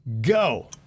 go